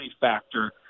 factor